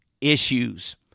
issues